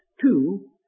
two